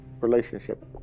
relationship